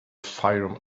fayoum